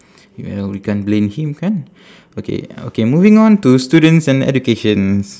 well we can't blame him kan okay okay moving on to students and educations